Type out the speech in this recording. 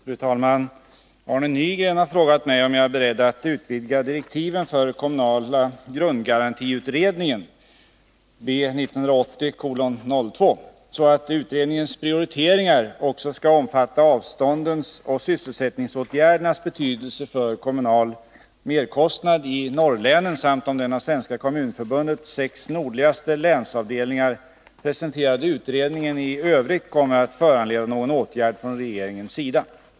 Fru talman! Arne Nygren har frågat mig om jag är beredd att utvidga direktiven för kommunala grundgarantiutredningen så att utredningens prioriteringar också skall omfatta avståndens och sysselsättningsåtgärdernas betydelse för kommunal merkostnad i norrlänen samt om den av Svenska kommunförbundets sex nordligaste länsavdelningar presenterade utredningen i övrigt kommer att föranleda någon åtgärd från regeringens sida.